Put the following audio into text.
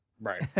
Right